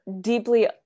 deeply